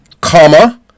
comma